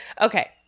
Okay